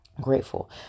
Grateful